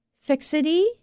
fixity